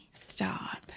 Stop